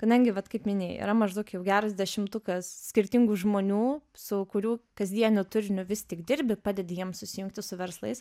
kadangi vat kaip minėjai yra maždaug jau geras dešimtukas skirtingų žmonių su kurių kasdieniu turiniu vis tik dirbi padedi jiems susijungti su verslais